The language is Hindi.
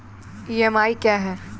ई.एम.आई क्या है?